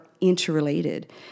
interrelated